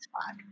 spot